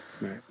right